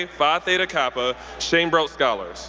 phi theta kappa, schoenbrodt scholar.